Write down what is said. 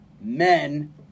men